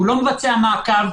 הוא לא מבצע מעקב,